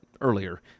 earlier